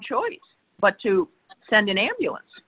choice but to send an ambulance